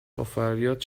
بافریاد